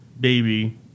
baby